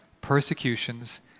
persecutions